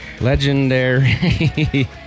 Legendary